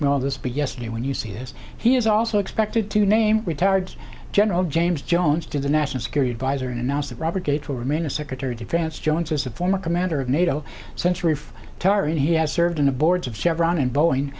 will this be yesterday when you see this he is also expected to name retired general james jones to the national security advisor announce that robert gates will remain a secretary of defense joins us the former commander of nato century tar and he has served in the boards of chevron and boeing